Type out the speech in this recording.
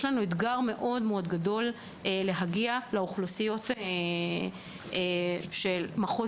יש אתגר גדול מאוד בהגעה לאוכלוסיות של מחוז